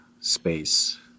space